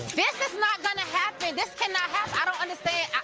this is not gonna happen. this cannot happen i don't understand.